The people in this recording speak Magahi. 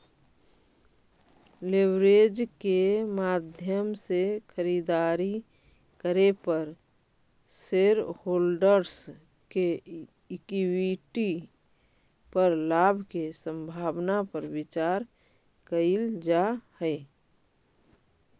लेवरेज के माध्यम से खरीदारी करे पर शेरहोल्डर्स के इक्विटी पर लाभ के संभावना पर विचार कईल जा हई